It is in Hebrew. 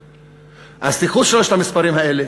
אז תיקחו את שלושת המספרים האלה,